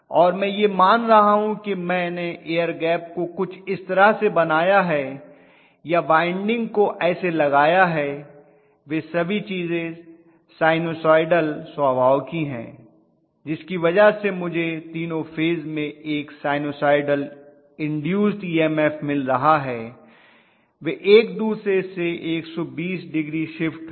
और मैं यह मान रहा हूं कि मैंने एयर गैप को कुछ इस तरह से बनाया है या वाइंडिंग को ऐसे लगाया है वे सभी चीजें साइनसोइडल स्वभाव की हैं जिसकी वजह से मुझे तीनों फेज में एक साइनसॉइडल इन्दूस्ड ईएमएफ मिल रहा है वे एक दूसरे से 120 डिग्री शिफ्ट हैं